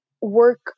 Work